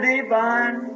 Divine